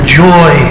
joy